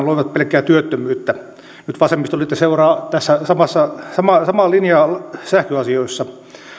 loivat pelkkää työttömyyttä nyt vasemmistoliitto seuraa tässä samaa linjaa sähköasioissa